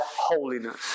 holiness